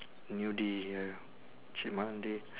nudie ya cheap monday